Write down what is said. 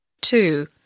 Two